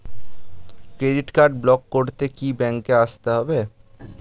Credit card block করতে কি ব্যাংকে আসতে হবে?